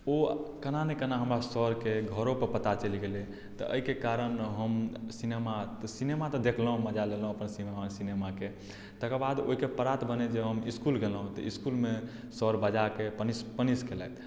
ओ केना न केना हमरा सरकेँ घरो पर पता चलि गेलै तऽ एहिके कारण हम सिनेमा सिनेमा तऽ देखलहुँ मजा लेलहुँ अपन सिनेमाकेे तकर बाद ओहिके प्रात भेने जे हॅं इसकुल गेलहुँ तऽ इसकुल मे सर बजाकेँ पनिश केलथि